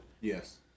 Yes